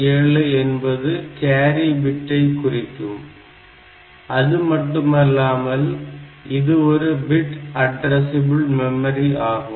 7 என்பது கேரி பிட்டை குறிக்கும் அதுமட்டுமில்லாமல் இது ஒரு பிட் அட்ரசிபிள் மெமரி ஆகும்